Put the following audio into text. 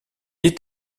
est